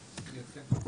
אוקיי.